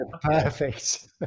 Perfect